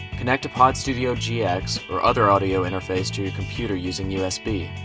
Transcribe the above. connect a pod studio gx or other audio interface to your computer using usb.